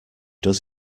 does